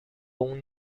اون